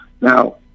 now